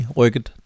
rykket